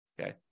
Okay